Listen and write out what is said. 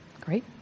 Great